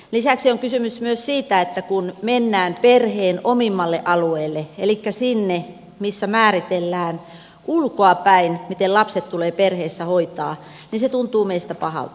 lisäksi on kysymys myös siitä että kun mennään perheen omimmalle alueelle elikkä määritellään ulkoa päin miten lapset tulee perheessä hoitaa niin se tuntuu meistä pahalta